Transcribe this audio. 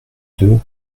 deux